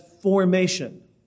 formation